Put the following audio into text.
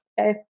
Okay